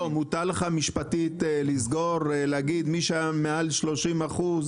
לא, מותר לך משפטית לסגור להגיד מי שהיה מעל 30%?